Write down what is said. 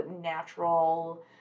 natural